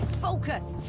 focus.